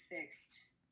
fixed